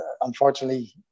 unfortunately